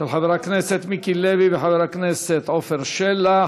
של חבר הכנסת מיקי לוי וחבר הכנסת עפר שלח.